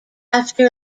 after